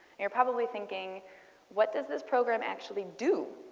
you are probably thinking what does this program actually do?